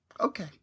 Okay